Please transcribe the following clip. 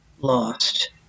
lost